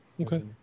Okay